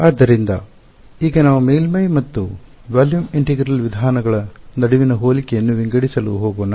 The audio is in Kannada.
ಆದ್ದರಿಂದ ಈಗ ನಾವು ಮೇಲ್ಮೈ ಮತ್ತು ಸಂಪುಟ ಸಮಗ್ರ ವಿಧಾನಗಳ ನಡುವಿನ ಹೋಲಿಕೆಯನ್ನು ವಿಂಗಡಿಸಲು ಹೋಗೋಣ